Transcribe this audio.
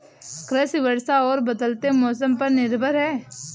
कृषि वर्षा और बदलते मौसम पर निर्भर है